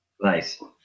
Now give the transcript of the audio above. nice